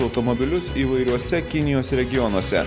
automobilius įvairiuose kinijos regionuose